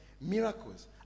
miracles